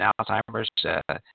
Alzheimer's